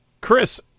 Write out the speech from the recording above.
chris